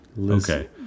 Okay